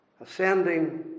Ascending